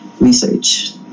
research